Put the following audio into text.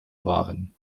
waren